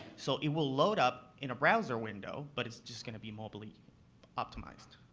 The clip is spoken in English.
so it will load up in a browser window, but it's just going to be mobilely optimized.